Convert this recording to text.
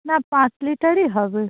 না পাঁচ লিটারই হবে